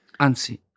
Anzi